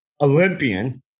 Olympian